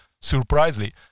surprisingly